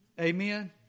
Amen